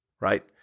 right